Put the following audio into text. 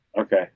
Okay